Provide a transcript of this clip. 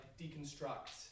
deconstruct